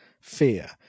fear